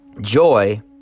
joy